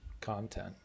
content